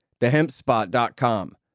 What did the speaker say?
thehempspot.com